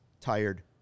tired